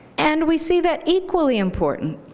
and we see that equally important,